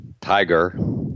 Tiger